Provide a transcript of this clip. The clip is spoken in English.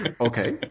Okay